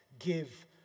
Give